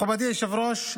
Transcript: מכובדי היושב-ראש,